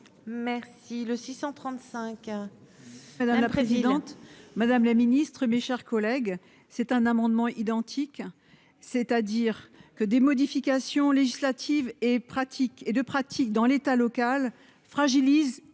Merci le 635 madame la présidente. Madame la Ministre, mes chers collègues, c'est un amendement identique, c'est-à-dire que des modifications législatives et pratique et de pratique dans l'État locale fragilise